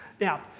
Now